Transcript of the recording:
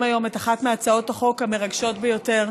היום את אחת מהצעות החוק המרגשות ביותר,